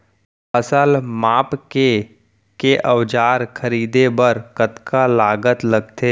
फसल मापके के औज़ार खरीदे बर कतका लागत लगथे?